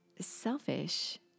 selfish